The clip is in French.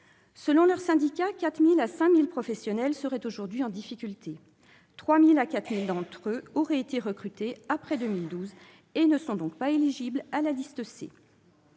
Selon leurs syndicats, entre 4 000 et 5 000 professionnels seraient aujourd'hui en difficulté ; 3 000 à 4 000 d'entre eux auraient été recrutés après 2012 et ne sont donc pas éligibles à la liste C.